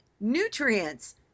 nutrients